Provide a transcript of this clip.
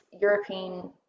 European